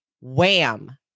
Wham